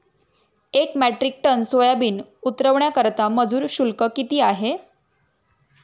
एक metric ton soybean उतरवण्याकरता मजूर शुल्क किती आहे?